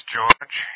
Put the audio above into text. George